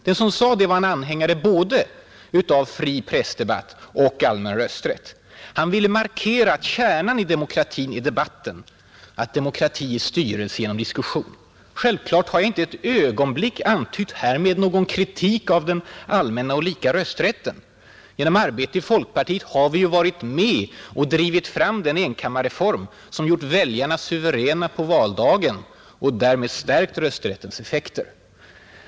Den som sade det var en anhängare av både fri pressdebatt och allmän rösträtt. Han ville markera att kärnan i demokratin är debatten, att demokrati är styrelse genom diskussion. Självfallet har jag inte ett ögonblick härmed antytt någon kritik av den allmänna och lika rösträtten. Genom arbete i folkpartiet har vi varit med och drivit fram den enkammarreform som gjort väljarna suveräna på valdagen och därmed stärkt rösträttens effekter.